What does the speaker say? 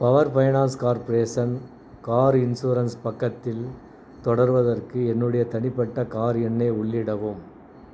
power finance corporation car insurance பக்கத்தில் தொடர்வதற்கு என்னுடைய தனிப்பட்ட கார் எண்ணை உள்ளிடவும்